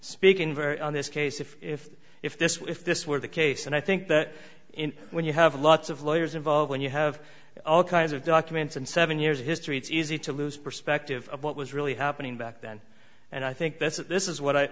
speaking very on this case if if if this if this were the case and i think that in when you have lots of lawyers involved when you have all kinds of documents and seven years of history it's easy to lose perspective of what was really happening back then and i think this is this is what i